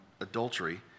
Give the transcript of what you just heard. adultery